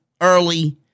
early